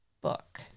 book